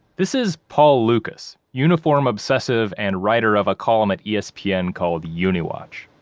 this is paul lukas, uniform obsessive and writer of a column at yeah espn yeah and called uniwatch.